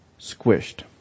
squished